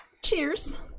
Cheers